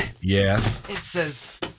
Yes